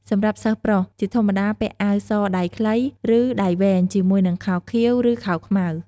សម្រាប់សិស្សប្រុស ជាធម្មតាពាក់អាវសដៃខ្លី ឬដៃវែងជាមួយនឹងខោខៀវ ឬខោខ្មៅ។